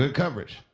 ah coverage.